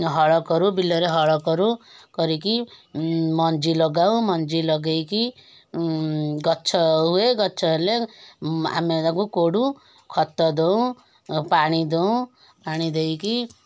ହଳ କରୁ ବିଲରେ ହଳ କରୁ କରିକି ମଞ୍ଜି ଲଗାଉ ମଞ୍ଜି ଲଗେଇକି ଗଛ ହୁଏ ଗଛ ହେଲେ ଆମେ ତାକୁ କୋଡ଼ୁ ଖତ ଦଉଁ ପାଣି ଦଉଁ ପାଣି ଦେଇକି